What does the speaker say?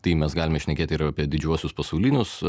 tai mes galime šnekėti ir apie didžiuosius pasaulinius